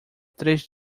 três